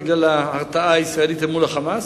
בגלל ההרתעה הישראלית אל מול ה"חמאס",